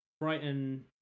brighton